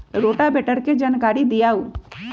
Rotavator के जानकारी दिआउ?